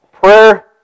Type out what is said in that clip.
Prayer